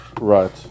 right